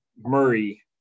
Murray